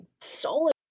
solid